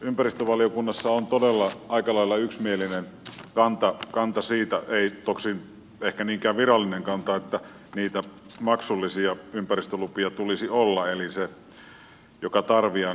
ympäristövaliokunnassa on todella aika lailla yksimielinen kanta siitä ei tosin ehkä niinkään virallinen kanta että niitä maksullisia ympäristölupia tulisi olla eli se joka tarvitsee maksaa